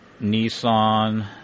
Nissan